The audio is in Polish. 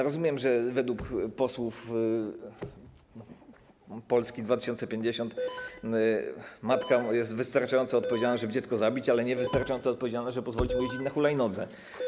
Rozumiem, że według posłów Polski 2050 matka jest wystarczająco odpowiedzialna, żeby dziecko zabić, ale niewystarczająco odpowiedzialna, żeby pozwolić mu jeździć na hulajnodze.